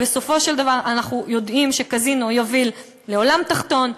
בסופו של דבר אנחנו יודעים שקזינו יוביל לעולם תחתון,